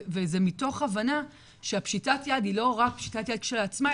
וזה מתוך הבנה שפשיטת היד היא לא רק פשיטת יד כשלעצמה,